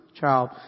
child